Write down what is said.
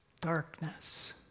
darkness